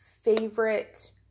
favorite